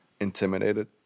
intimidated